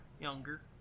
younger